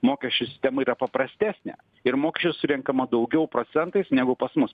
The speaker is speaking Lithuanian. mokesčių sistema yra paprastesnė ir mokesčių surenkama daugiau procentais negu pas mus pas mus